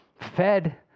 fed